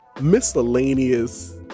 miscellaneous